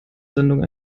sendung